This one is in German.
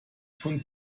von